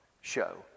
show